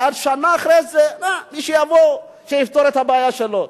ואז, שנה אחרי זה, מי שיבוא, שיפתור את הבעיה שלו.